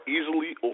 easily